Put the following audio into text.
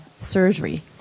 surgery